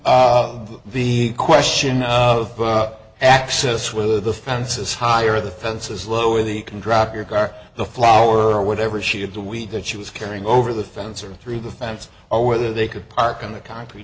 to the question of access with the fences higher the fences lower the can drop your car the flower or whatever she had the week that she was carrying over the fence or through the fence or whether they could park on the concrete